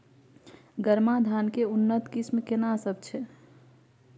गरमा धान के उन्नत किस्म केना सब छै?